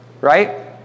Right